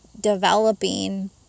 developing